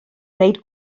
wneud